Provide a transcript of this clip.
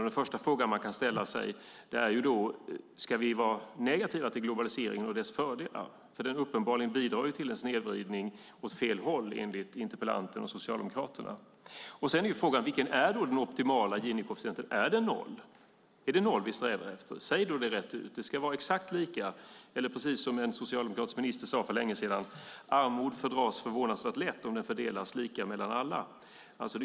Den första fråga man kan ställa sig är om vi ska vara negativa till globaliseringen och dess fördelar, för den bidrar uppenbarligen till en snedvridning åt fel håll, enligt interpellanten och Socialdemokraterna. Sedan är frågan: Vilken är då den optimala ginikoefficienten? Är den noll? Är det noll vi strävar efter? Säg då rent ut att det ska vara exakt lika eller, precis som en socialdemokratisk minister sade för länge sedan, att armod fördras förvånansvärt lätt om det fördelas lika mellan alla.